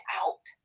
out